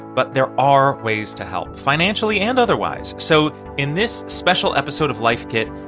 but there are ways to help, financially and otherwise. so in this special episode of life kit,